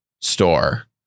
store